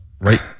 right